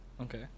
okay